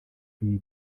free